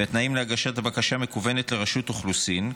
התנאים להגשת בקשה מקוונת לרשות האוכלוסין,